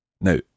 Now